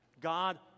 God